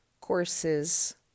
courses